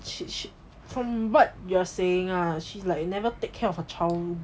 she she from what you're saying ah she's like never take care of her child